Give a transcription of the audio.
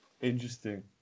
Interesting